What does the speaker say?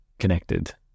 connected